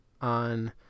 on